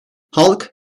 halk